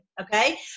okay